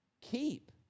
Keep